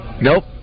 Nope